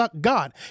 God